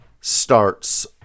starts